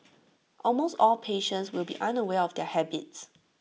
almost all patients will be unaware of their habits